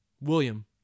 William